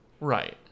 right